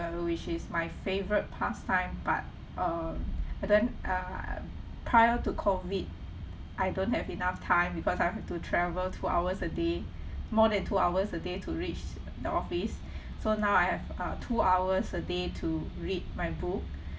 uh which is my favourite pastime but um but then uh prior to COVID I don't have enough time because I have to travel two hours a day more than two hours a day to reach the office so now I have uh two hours a day to read my book